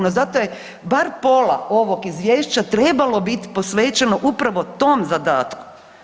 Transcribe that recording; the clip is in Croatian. No, zato je bar pola ovog izvješća trebalo bit posvećeno upravo tom zadatku.